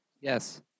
Yes